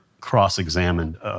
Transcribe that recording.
cross-examined